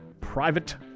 Private